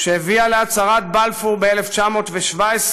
שהביאה להצהרת בלפור ב-1917,